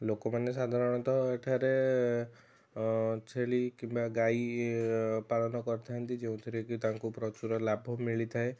ଲୋକମାନେ ସାଧାରଣତଃ ଏଠାରେ ଛେଳି କିମ୍ବା ଗାଈ ପାଳନ କରିଥାନ୍ତି ଯେଉଁଥିରେକି ତାଙ୍କୁ ପ୍ରଚୁର ଲାଭ ମିଳିଥାଏ